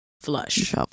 flush